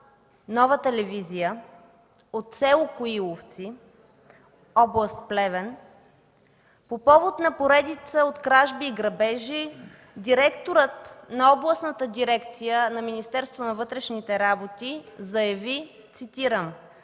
Нова телевизия от село Коиловци, област Плевен по повод на поредица от кражби и грабежи директорът на Областната дирекция на Министерството на вътрешните работи заяви, цитирам: